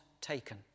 taken